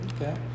Okay